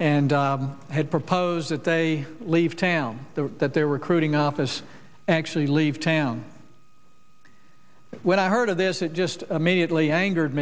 and i had proposed that they leave town that their recruiting office actually leave town when i heard of this it just me at least angered